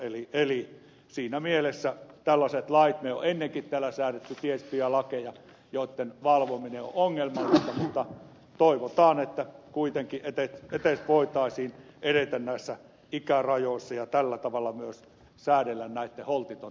eli siinä mielessä me olemme täällä ennenkin säätäneet tällaisia tiettyjä lakeja joitten valvominen on ongelmallista mutta toivotaan että kuitenkin edes voitaisiin edetä näissä ikärajoissa ja tällä tavalla myös säädellä ilotulitteiden holtitonta käyttöä